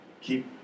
keep